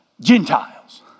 Gentiles